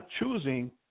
choosing –